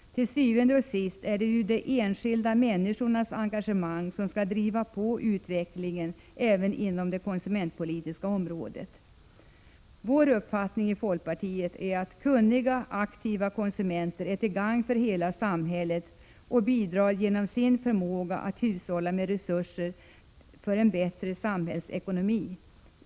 Til syvende og sidst är det ju de enskilda människornas engagemang som skall driva på utvecklingen även inom det konsumentpolitiska området. Folkpartiets uppfattning är att kunniga, aktiva konsumenter är till gagn för — Prot. 1986/87:122 hela samhället och att de genom sin förmåga att hushålla med resurser bidrar 13 maj 1987 till en bättre samhällsekonomi.